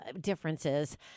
differences